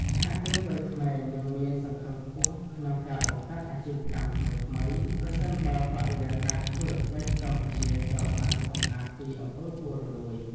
សហគ្រិនវ័យក្មេងនឹងមានសង្ឃឹមខ្ពស់ក្នុងការបង្កើតអាជីវកម្មថ្មីៗ ប្រសិនបើបរិយាកាសធុរកិច្ចកម្ពុជាត្រូវបានសម្អាតពី អំពើពុករលួយ។